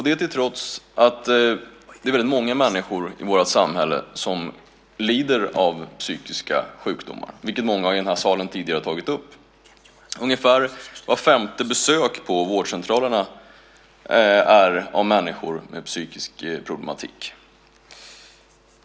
Detta till trots är det väldigt många människor i vårt samhälle som lider av psykiska sjukdomar, vilket många i den här salen tidigare har tagit upp. Ungefär vart femte besök på vårdcentralerna görs av människor med psykisk problematik.